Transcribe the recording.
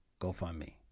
GoFundMe